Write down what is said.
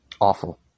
awful